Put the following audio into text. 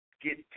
get